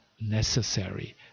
necessary